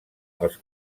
els